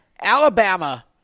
Alabama